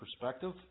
perspective